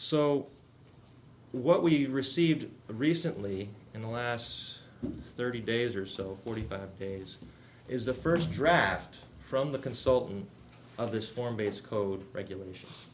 so what we received recently in the last thirty days or so forty five days is the first draft from the consultant of this form base code regulations